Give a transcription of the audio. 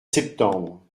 septembre